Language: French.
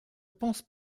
pense